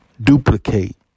duplicate